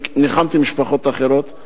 ניחמתי משפחות אחרות,